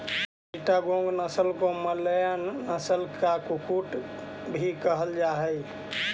चिटागोंग नस्ल को मलय नस्ल का कुक्कुट भी कहल जा हाई